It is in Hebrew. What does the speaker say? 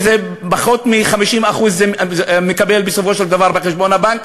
ופחות מ-50% מקבל בסופו של דבר בחשבון הבנק,